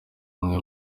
umwe